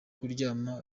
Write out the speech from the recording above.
kuryama